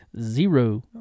zero